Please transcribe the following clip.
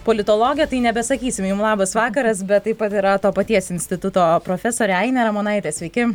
politologė tai nebesakysime jum labas vakaras bet taip pat yra to paties instituto profesorė ainė ramonaitė sveiki